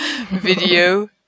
video